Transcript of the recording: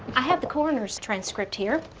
i have the coroner's transcript here.